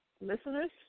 listeners